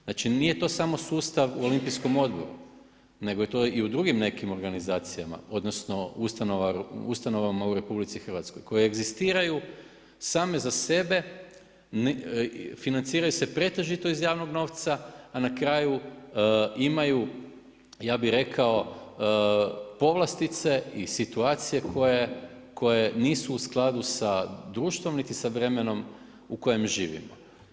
Znači nije to samo sustav u Olimpijskom odboru, nego je to i u drugim nekim organizacijama, odnosno, ustanovama u RH, koje egzistiraju same za sebe, financiraju se pretežito iz javnog novca, a na kraju imaju ja bi rekao, povlastice i situacije, koje nisu u skladu sa društvom niti sa vremenom u kojem živimo.